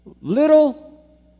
little